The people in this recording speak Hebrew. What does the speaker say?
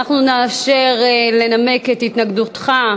אנחנו נאפשר לנמק את התנגדותך,